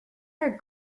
are